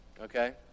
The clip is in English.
okay